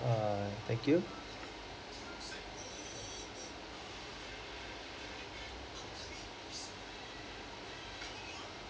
err thank you